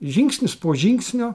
žingsnis po žingsnio